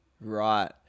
Right